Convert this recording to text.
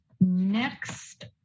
Next